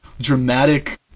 dramatic